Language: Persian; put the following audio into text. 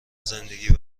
زندگی